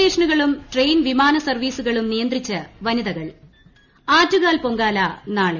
സ്റ്റേഷനുകളും ട്രെയ്യിൻ വിമാന സർവീസുകളും നിയന്ത്രിച്ച് വനിതക്ടുൾ ആറ്റുകാൽ പൊങ്കാല നാളെ